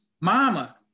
Mama